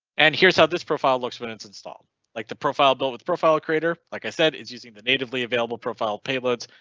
and here's how this profile looks when it's installed like the profile built with profile creator, like, i said, it's using the natively available profile payloads,